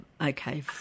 okay